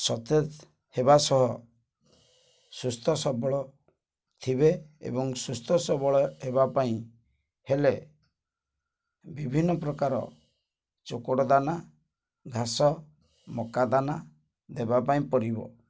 ସତେଜ ହେବା ସହ ସୁସ୍ଥ ସବଳ ଥିବେ ଏବଂ ସୁସ୍ଥ ସବଳ ହେବା ପାଇଁ ହେଲେ ବିଭିନ୍ନ ପ୍ରକାର ଚୋକଡ଼ ଦାନା ଘାସ ମକା ଦାନା ଦେବା ପାଇଁ ପଡ଼ିବ